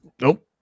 Nope